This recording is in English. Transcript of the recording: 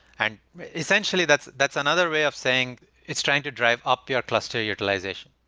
and essentially, that's that's another way of saying it's trying to drive up your cluster utilization.